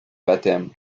baptêmes